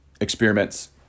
experiments